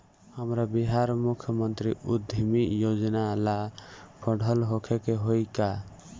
हमरा बिहार मुख्यमंत्री उद्यमी योजना ला पढ़ल होखे के होई का?